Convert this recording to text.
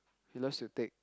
he loves to take